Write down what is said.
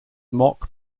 mock